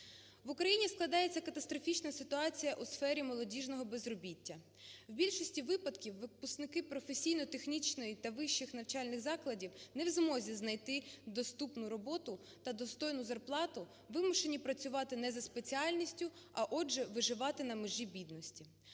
В Україні складається катастрофічна ситуація у сфері молодіжного безробіття, в більшості випадків випускники професійно-технічної та вищих навчальних закладів не в змозі знайти доступну роботу та достойну зарплату, вимушені працювати не за спеціальністю, а, отже, виживати на межі бідності.